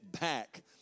back